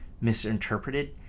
misinterpreted